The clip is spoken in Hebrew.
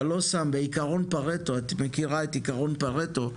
אתה לא שם בעקרון פארטו, את מכירה את עקרון פארטו,